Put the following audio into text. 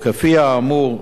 וכפי שנאמר,